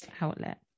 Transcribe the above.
outlet